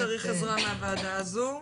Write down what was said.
אם צריך עזרה מהוועדה הזאת,